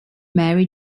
mary